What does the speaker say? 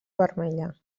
vermella